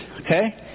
okay